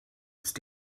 ist